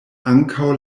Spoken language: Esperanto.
ankaŭ